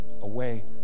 away